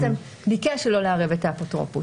ביקש לא לערב את האפוטרופוס.